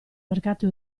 mercato